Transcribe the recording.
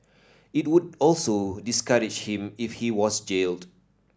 it would also discourage him if he was jailed